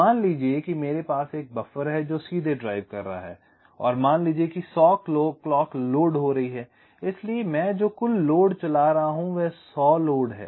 मान लीजिए कि मेरे पास एक बफर है जो सीधे ड्राइव कर रहा है मान लीजिए कि 100 क्लॉक लोड हो रही हैं इसलिए मैं जो कुल लोड चला रहा हूं वह 100 लोड है